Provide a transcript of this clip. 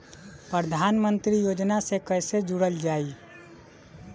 प्रधानमंत्री योजना से कैसे जुड़ल जाइ?